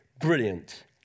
brilliant